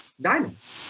diamonds